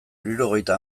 hirurogeita